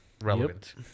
relevant